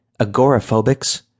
agoraphobics